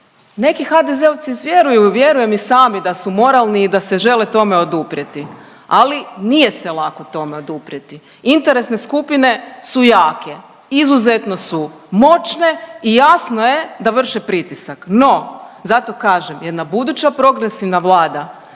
Neki HDZ-ovci vjeruju vjerujem i sami da su moralni i da se žele tome oduprijeti, ali nije se lako tome oduprijeti. Interesne skupine su jake, izuzetno su moćne i jasno je da vrše pritisak. No, zato kažem jedna buduća progresivna vlada